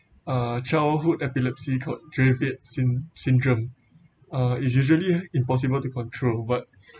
uh childhood epilepsy called dravet syn~ syndrome uh it's usually impossible to control but